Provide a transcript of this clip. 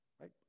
right